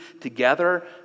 together